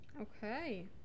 Okay